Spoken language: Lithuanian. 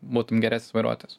būtum geresnis vairuotojas